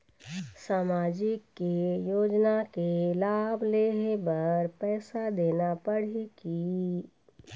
सामाजिक योजना के लाभ लेहे बर पैसा देना पड़ही की?